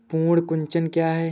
पर्ण कुंचन क्या है?